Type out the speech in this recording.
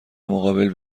مقابل